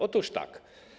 Otóż tak.